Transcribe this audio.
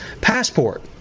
passport